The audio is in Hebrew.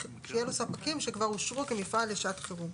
שיהיה לו ספקים שכבר אושרו כמפעל לשעת חירום.